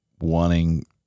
wanting